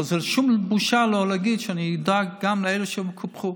אבל אין שום בושה להגיד שאני אדאג גם לאלה שקופחו.